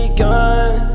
gone